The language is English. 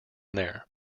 there